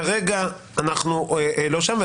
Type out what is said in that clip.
כרגע אנחנו לא שם.